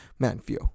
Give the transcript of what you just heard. Manfio